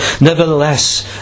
Nevertheless